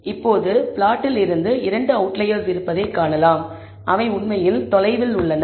இப்போது பிளாட்டில் இருந்து இரண்டு அவுட்லயர்ஸ் இருப்பதைக் காணலாம் அவை உண்மையில் தொலைவில் உள்ளன